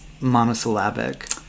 monosyllabic